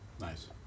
Nice